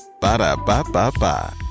Ba-da-ba-ba-ba